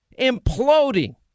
imploding